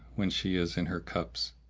when she is in her cups,